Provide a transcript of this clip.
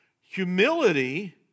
Humility